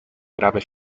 grave